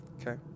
Okay